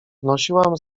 wnosiłam